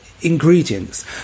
ingredients